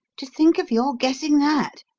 to think of your guessing that!